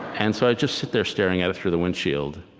and so i just sit there staring at it through the windshield.